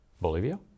Bolivia